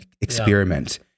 experiment